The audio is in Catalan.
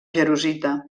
jarosita